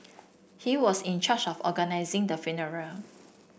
he was in charge of organising the funeral